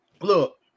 look